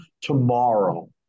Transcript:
tomorrow